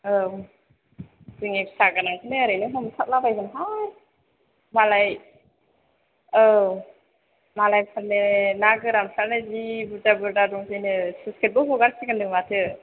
औ जोंनि फिसा गोनांफोरना ओरैनो हमसाबला बायगोनहाय मालाय औ मालायफोरनो ना गोरानफ्रानो जि बुरजा बुरजा दंसैनो सुइसगेटबो हगारसिगोन नो माथो